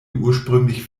ursprünglich